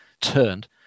turned